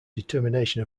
determination